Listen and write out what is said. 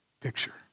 picture